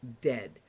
dead